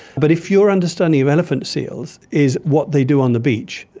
but if your understanding of elephant seals is what they do on the beach,